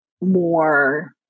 more